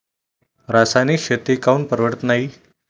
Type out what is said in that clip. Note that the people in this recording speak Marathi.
रासायनिक शेती काऊन परवडत नाई?